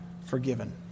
forgiven